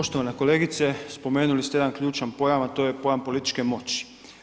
Poštovana kolegice spomenuli ste jedan ključan pojam, a to je pojam političke moći.